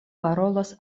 parolas